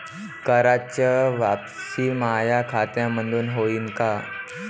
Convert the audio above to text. कराच वापसी माया खात्यामंधून होईन का?